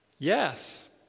Yes